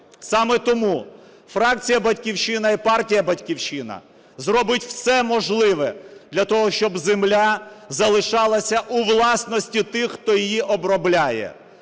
Саме тому фракція "Батьківщина" і партія "Батьківщина" зроблять все можливе для того, щоб земля залишалася у власності тих, хто її обробляє.